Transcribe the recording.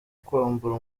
kwambura